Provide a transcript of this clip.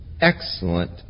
excellent